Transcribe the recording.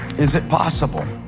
is it possible